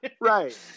right